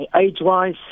age-wise